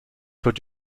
could